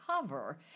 cover